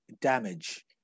damage